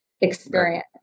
experience